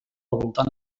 voltant